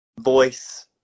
voice